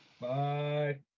Bye